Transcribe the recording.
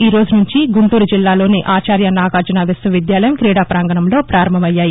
ఈరోజు నుంచి గుంటూరు జిల్లాలోని ఆచార్య నాగార్లున విశ్వవిద్యాలయం క్రీడాపాంగణంలో పారంభమయ్యాయి